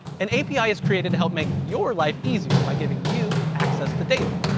an api is created to help make your life easier by giving you access to data,